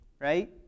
Right